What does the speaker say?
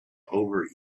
over